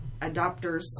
adopters